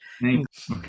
Thanks